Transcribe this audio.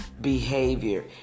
behavior